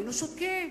היינו שותקים,